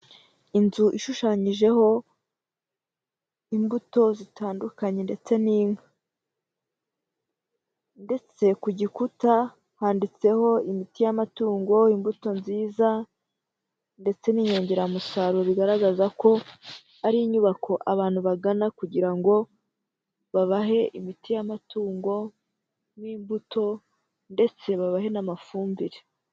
Inzu ishushanyije imbuto zitandukanye n'inka ndetse ku gikuta handitseho imiti y'amatungo, imbuto ndetse n'inyongeramusaruro, bigaragaza ko ari inyubako abantu bagana kugira ngo babahe imiti y'amatungo n'imbuto ndetse babahe n'amafumbire.